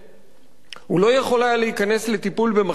הוא לא יכול היה להיכנס לטיפול במחלקת הכוויות,